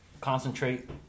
Concentrate